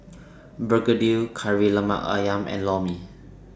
Begedil Kari Lemak Ayam and Lor Mee